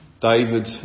David